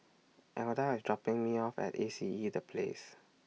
Elda IS dropping Me off At A C E The Place